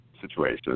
situation